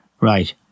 Right